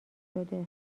شده